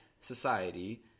Society